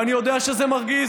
ואני יודע שזה מרגיז,